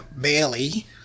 Bailey